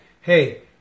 Hey